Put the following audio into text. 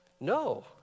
No